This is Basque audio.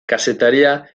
kazetaria